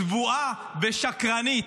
צבועה ושקרנית,